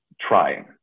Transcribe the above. trying